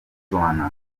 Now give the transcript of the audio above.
joannah